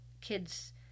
kids